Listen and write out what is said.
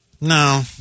No